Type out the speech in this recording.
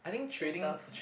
and stuff